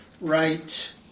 right